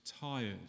tired